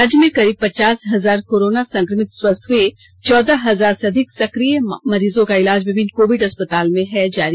राज्य में करीब पचास हजार कोरोना संकमित स्वस्थ हुएचौदह हजार से अधिक सक्रिय मरीजों का इलाज विभिन्न कोविड अस्पताल में है जारी